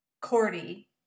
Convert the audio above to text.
Cordy